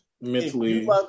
mentally